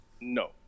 no